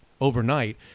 overnight